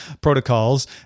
protocols